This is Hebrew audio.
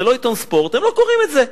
זה לא עיתון ספורט, הם לא קוראים את זה.